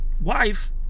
wife